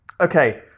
Okay